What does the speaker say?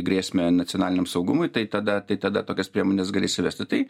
grėsmę nacionaliniam saugumui tai tada tai tada tokias priemones gali įsivesti tai